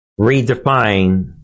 redefine